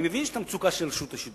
אני מבין את המצוקה של רשות השידור.